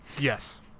Yes